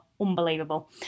Unbelievable